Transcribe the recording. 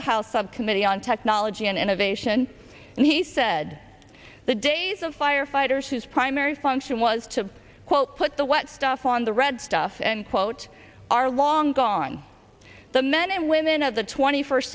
the house subcommittee on technology and innovation and he said the days of firefighters whose primary function was to quote put the wet stuff on the red stuff and quote are long gone the men and women of the twenty first